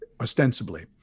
Ostensibly